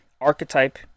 archetype